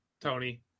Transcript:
Tony